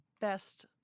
best